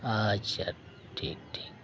ᱟᱪᱪᱷᱟ ᱴᱷᱤᱠ ᱴᱷᱤᱠ